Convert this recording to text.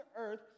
earth